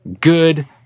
good